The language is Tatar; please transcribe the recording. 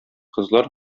кызлар